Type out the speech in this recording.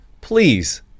please